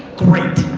great.